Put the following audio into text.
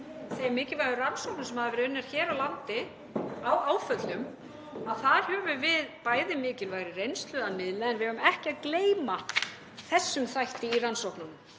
þeim mikilvægu rannsóknum sem hafa verið unnar hér á landi á áföllum, að þar höfum við bæði mikilvægri reynslu að miðla en við eigum ekki að gleyma þessum þætti í rannsóknunum.